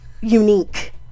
unique